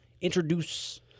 introduce